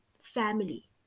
family